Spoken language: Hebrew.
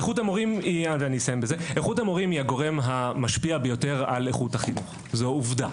איכות המורים היא הגורם המשפיע ביותר על איכות החינוך וזו עובדה.